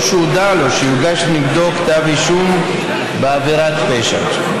או שהודע לו שיוגש נגדו כתב אישום בעבירת פשע.